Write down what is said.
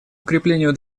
укреплению